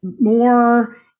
more